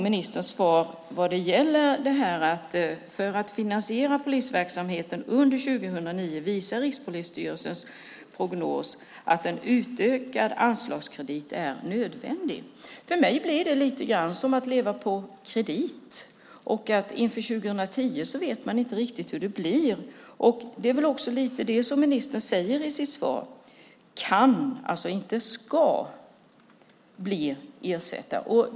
Ministern säger: "För att finansiera polisverksamheten under 2009 visar Rikspolisstyrelsens prognos att en utökad anslagskredit är nödvändig." För mig blir det lite grann som att leva på kredit. Och inför 2010 vet man inte riktigt hur det blir. Ministern säger i sitt svar att en polismyndighet kan , alltså inte ska , bli kompenserad.